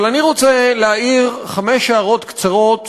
אבל אני רוצה להעיר חמש הערות קצרות